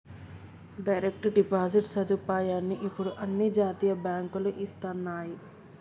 direct deposit సదుపాయాన్ని ఇప్పుడు అన్ని జాతీయ బ్యేంకులూ ఇస్తన్నయ్యి